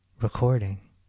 recording